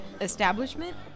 establishment